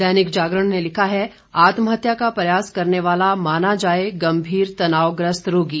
दैनिक जागरण ने लिखा है आत्महत्या का प्रयास करने वाला माना जाए गंभीर तनावग्रस्त रोगी